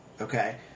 Okay